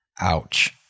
Ouch